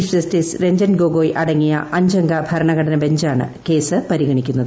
chief justice Ranjan Gogoi അടങ്ങിയ അഞ്ചംഗ ഭരണഘടന ബെഞ്ചാണ് കേസ് പരിഗണിക്കുന്നത്